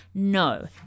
No